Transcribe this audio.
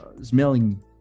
smelling